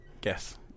Guess